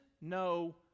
no